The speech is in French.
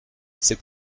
c’est